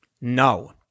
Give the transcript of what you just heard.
No